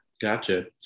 Gotcha